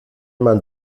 man